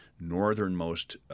northernmost